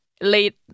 late